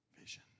vision